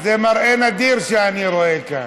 זה מראה נדיר שאני רואה כאן.